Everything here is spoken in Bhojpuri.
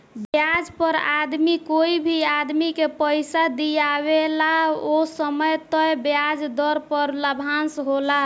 ब्याज पर आदमी कोई भी आदमी के पइसा दिआवेला ओ समय तय ब्याज दर पर लाभांश होला